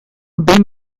behin